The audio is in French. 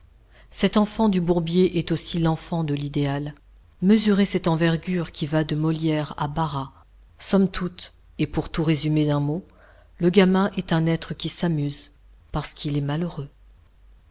cet enfant du bourbier est aussi l'enfant de l'idéal mesurez cette envergure qui va de molière à bara somme toute et pour tout résumer d'un mot le gamin est un être qui s'amuse parce qu'il est malheureux